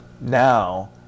now